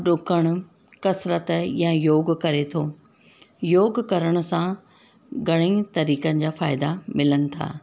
डुकणु कसरत या योग करे थो योग करण सां घणेई तरीक़नि जा फ़ाइदा मिलनि था